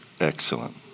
excellent